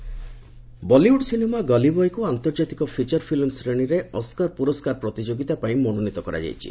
ଗଲି Boy Oscar Bollywood cinema 'ଗଲିବଏ'କୁ ଆର୍ନ୍ତକାତିକ ଫିଚର ଫିଲ୍ମ ଶ୍ରେଣୀରେ ଅସ୍କାର ପୁରସ୍କାର ପ୍ରତିଯୋଗିତା ପାଇଁ ମନୋନୀତ କରାଯାଇଛି